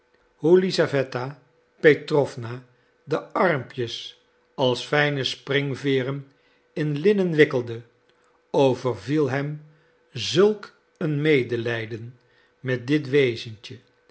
hoe lisaweta petrowna de armpjes als fijne springveren in linnen wikkelde overviel hem zulk een medelijden met dit wezentje